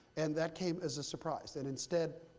and that came as a surprise. and instead,